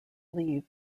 leave